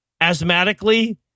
asthmatically